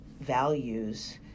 values